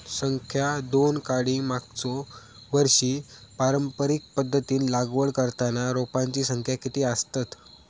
संख्या दोन काडी मागचो वर्षी पारंपरिक पध्दतीत लागवड करताना रोपांची संख्या किती आसतत?